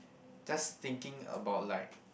just thinking about like